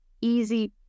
easy